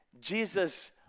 Jesus